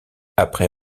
après